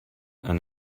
and